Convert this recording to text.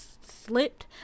slipped